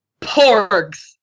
porgs